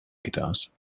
guitars